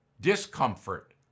discomfort